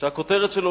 הכותרת שלו,